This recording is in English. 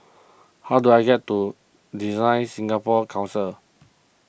how do I get to DesignSingapore Council